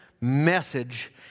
message